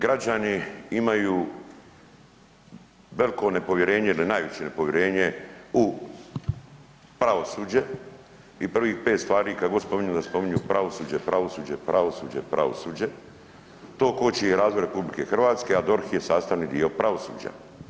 Građani imaju veliko nepovjerenje ili najveće nepovjerenje u pravosuđe i prvih pet stvari kad god spominju da spominju pravosuđe, pravosuđe, pravosuđe, pravosuđe, to koči i razvoj RH, a DORH je sastavni dio pravosuđa.